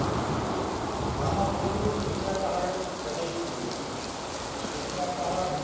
হ্যাঁ আমার পরিচিত শুশুনিয়া পাহাড়ের কথাই আমি বলছি শুশুনিয়া পাহাড়